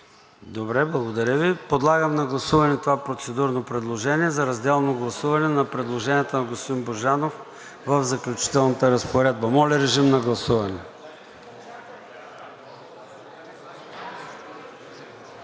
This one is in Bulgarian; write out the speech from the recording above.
Добре, благодаря Ви. Подлагам на гласуване това процедурно предложение за разделно гласуване на предложенията на господин Божанов в „Заключителна разпоредба“ Гласували